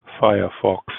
firefox